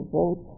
vote